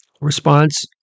response